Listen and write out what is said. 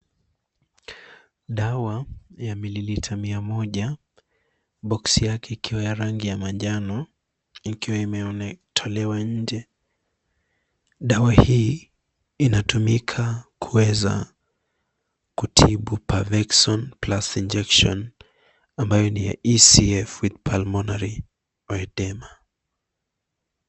Dawa ya mililita mia moja, box yake ikiwa ya rangi ya manjano, ikiwa imetolewa nje. Dawa hii inatumika kuweza kutibu Parvexon Plus Injection ambayo ni ya ECF with pulmonary edema .